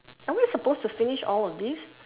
are we supposed to finish all of these